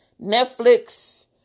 Netflix